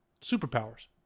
Superpowers